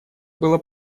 было